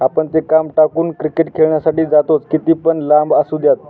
आपण ते काम टाकून क्रिकेट खेळण्यासाठी जातोच किती पण लांब असू द्यात